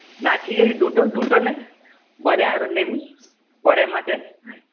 না ঠিক আছে দুটো দুটো নে পরে আরো নিবি পরের মাসে